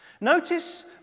Notice